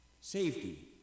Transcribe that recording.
safety